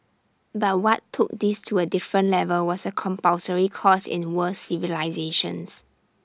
but what took this to A different level was A compulsory course in world civilisations